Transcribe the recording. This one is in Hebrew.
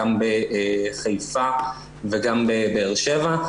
גם בחיפה וגם בבאר-שבע.